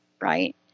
right